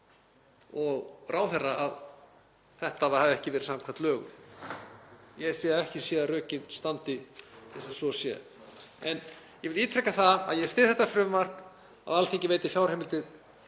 og ráðherra að þetta hafi ekki verið samkvæmt lögum. Ég get ekki séð að rökin standi til annars en að svo sé. En ég vil ítreka það að ég styð þetta frumvarp, að Alþingi veiti fjárheimildir